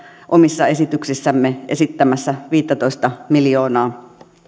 omissa esityksissämme esittämässä viittätoista miljoonaa